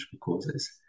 causes